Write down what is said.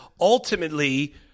ultimately